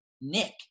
Nick